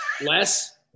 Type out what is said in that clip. Less